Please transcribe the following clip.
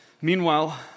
Meanwhile